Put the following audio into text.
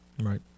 Right